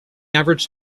average